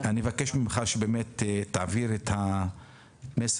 אני חייב לציין שקיבלנו לוועדה מכתב מאוד-מאוד